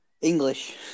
English